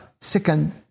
second